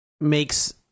makes